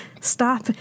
Stop